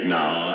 now